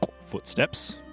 footsteps